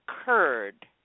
occurred